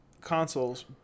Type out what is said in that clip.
consoles